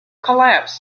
collapse